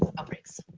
ah outbreaks.